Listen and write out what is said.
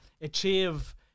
achieve